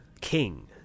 King